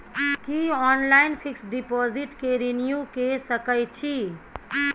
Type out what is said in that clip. की online fix deposit के renew के सकै छी?